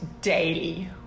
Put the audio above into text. daily